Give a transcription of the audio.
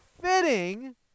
fitting